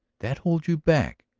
that holds you back?